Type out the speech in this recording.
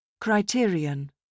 Criterion